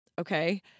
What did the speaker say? okay